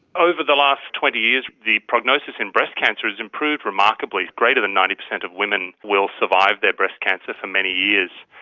over the last twenty years the prognosis in breast cancer has improved remarkably greater than ninety percent of women will survive their breast cancer for many years.